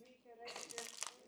reikia rasti